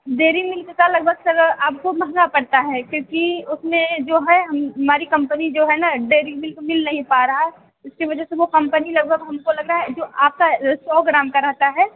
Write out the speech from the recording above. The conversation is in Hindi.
डेरीमिल्क का लगभग सर आपको महंगा पड़ता है क्योंकि उसमें जो है हमारी कंपनी जो है ना डेरीमिल्क मिल नहीं पा रहा है उसकी वजह से वो कंपनी लगभग हम को लग रहा है जो आपका सौ ग्राम का रहता है